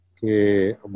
que